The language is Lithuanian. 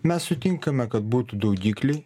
mes sutinkame kad būtų daugikliai